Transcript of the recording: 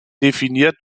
definiert